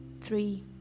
three